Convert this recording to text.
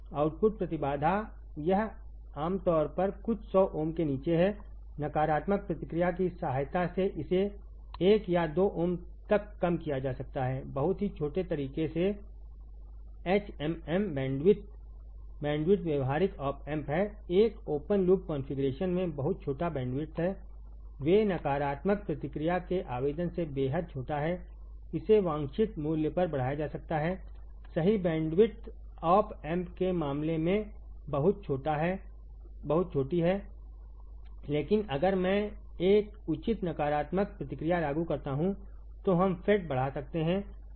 output प्रतिबाधा यह आमतौर पर कुछ सौ ओम के नीचे है नकारात्मक प्रतिक्रिया की सहायता से इसे 1 या 2 ओम तक कम किया जा सकता है बहुत ही छोटे तरीके से एचएमएम बैंडविड्थ बैंडविड्थ व्यावहारिक ऑप एम्प है एक ओपेन लूप कॉन्फ़िगरेशन में बहुत छोटा बैंडविड्थ हैवें नकारात्मक प्रतिक्रिया के आवेदन से बेहद छोटा है इसे वांछित मूल्य तक बढ़ाया जा सकता है सही बैंडविड्थ ऑप एम्प के मामले में बहुत छोटी है लेकिन अगर मैं एक उचित नकारात्मक प्रतिक्रिया लागू करता हूं तो हम फेड बढ़ा सकते हैं